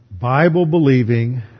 Bible-believing